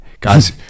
guys